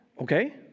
Okay